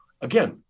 again